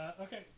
okay